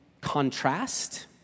contrast